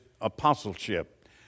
apostleship